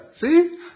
See